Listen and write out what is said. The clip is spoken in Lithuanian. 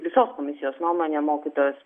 visos komisijos nuomone mokytojos